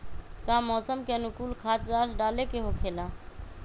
का मौसम के अनुकूल खाद्य पदार्थ डाले के होखेला?